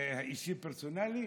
אישי, פרסונלי?